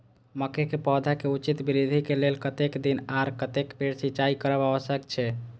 मके के पौधा के उचित वृद्धि के लेल कतेक दिन आर कतेक बेर सिंचाई करब आवश्यक छे?